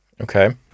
Okay